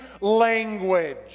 language